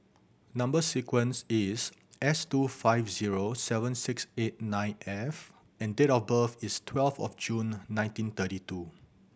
number sequence is S two five zero seven six eight nine F and date of birth is twelve of June nineteen thirty two